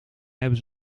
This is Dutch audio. hebben